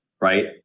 right